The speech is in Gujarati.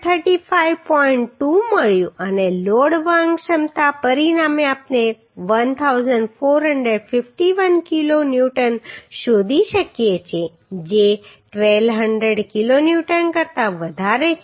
2 મળ્યું અને લોડ વહન ક્ષમતા પરિણામે આપણે 1451 કિલો ન્યૂટન શોધી શકીએ છીએ જે 1200 કિલો ન્યૂટન કરતાં વધારે છે